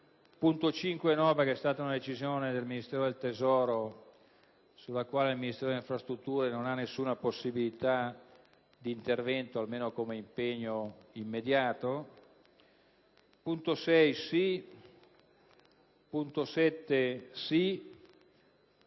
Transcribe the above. sul quinto, perché è stata una decisione del Ministero del tesoro sulla quale il Ministero delle infrastrutture non ha nessuna possibilità d'intervento, almeno come impegno immediato. Esprimo parere